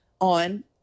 on